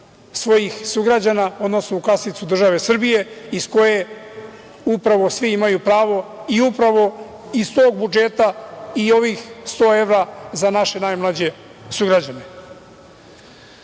svojih sugrađana, odnosno u kasicu države Srbije, iz koje upravo svi imaju pravo i upravo iz tog budžeta i ovih 100 evra za naše najmlađe sugrađane. Kovid